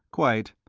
quite.